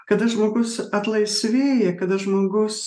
kada žmogus atlaisvėja kada žmogus